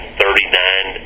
thirty-nine